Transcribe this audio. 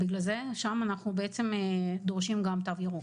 בגלל זה שם אנחנו דורשים גם תו ירוק,